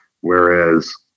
whereas